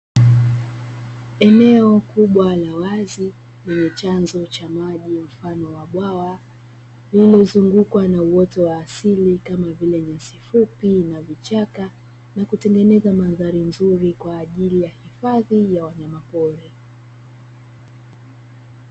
Eneo kubwa la wazi lenye chanzo cha maji mfano wa bwawa lililozungukwa na uoto wa asili kama vile nyasi fupi na vichaka na kutengeneza mandhari nzuri kwa ajili ya uhifadhi wa wanyama pori.